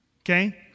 Okay